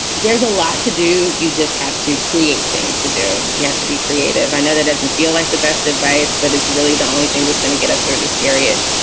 there's a lot to do. you just have to create things to do. you have to be creative. i know that doesn't feel like the best advice, but it's really the only thing that's going to get us through this period.